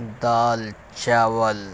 دال چاول